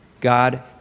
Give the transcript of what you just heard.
God